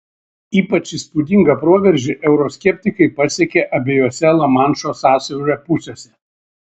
ypač įspūdingą proveržį euroskeptikai pasiekė abiejose lamanšo sąsiaurio pusėse